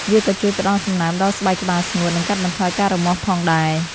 វាក៏ជួយផ្ដល់សំណើមដល់ស្បែកក្បាលស្ងួត និងកាត់បន្ថយការរមាស់ផងដែរ។